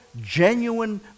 genuine